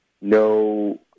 no